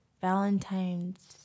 Valentine's